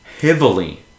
heavily